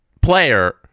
player